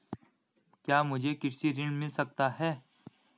क्या मुझे कृषि ऋण मिल सकता है?